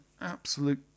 absolute